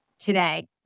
Today